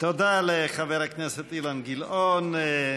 תודה לחבר הכנסת אילן גילאון.